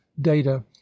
data